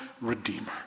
redeemer